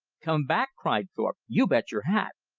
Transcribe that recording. come back! cried thorpe. you bet your hat!